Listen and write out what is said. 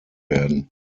werden